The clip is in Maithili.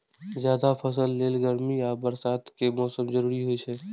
जायद फसल लेल गर्मी आ बरसात के मौसम जरूरी होइ छै